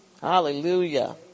Hallelujah